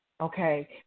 okay